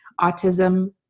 autism